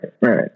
right